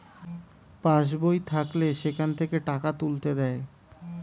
pass বই থাকলে সেখান থেকে টাকা তুলতে দেয়